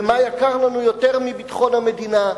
ומה יקר לנו יותר מביטחון המדינה?